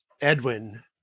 Edwin